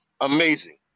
amazing